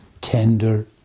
tender